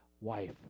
wife